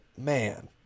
Man